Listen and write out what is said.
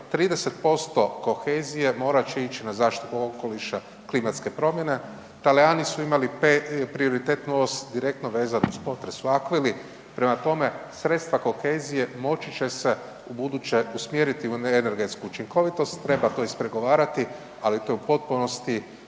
30% kohezije morat će ići na zaštitu okoliša, klimatske promjene. Talijani su imali … direktno vezano uz potres … prema tome sredstva kohezije moći će se ubuduće usmjeriti u energetsku učinkovitost, treba to ispregovarati, ali to je u potpunosti